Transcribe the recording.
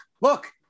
look